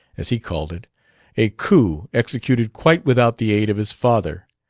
as he called it a coup executed quite without the aid of his father,